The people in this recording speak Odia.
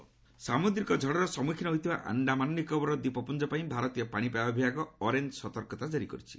ସାଇକ୍ଲୋନ ପାବୁକ ସାମୁଦ୍ରିକ ଝଡର ସମ୍ମୁଖୀନ ହୋଇଥିବା ଆଣ୍ଡାମାନ ନିକୋବର ଦ୍ୱୀପପୁଞ୍ଜ ପାଇଁ ଭାରତୀୟ ପାଣିପାଗ ବିଭାଗ ଅରେଞ୍ଜ ସତର୍କତା ଜାରି କରିଛି